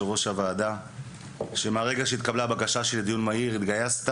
על כך שמרגע שהתקבלה בקשה שיהיה דיון מהיר התגייסת